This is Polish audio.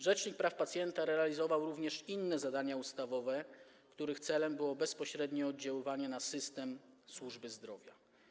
Rzecznik praw pacjenta realizował również inne zadania ustawowe, których celem było bezpośrednie oddziaływanie na system służby zdrowia.